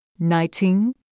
Nighting